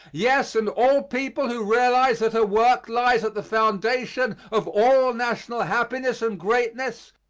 yes, and all people who realize that her work lies at the foundation of all national happiness and greatness,